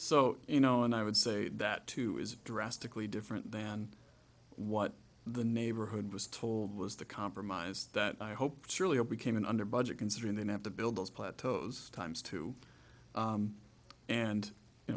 so you know and i would say that too is drastically different than what the neighborhood was told was the compromise that i hoped surely we came in under budget considering that have to build those plateaus times two and you